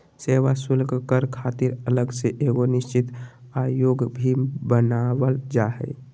सेवा शुल्क कर खातिर अलग से एगो निश्चित आयोग भी बनावल जा हय